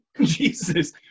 Jesus